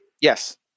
Yes